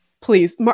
please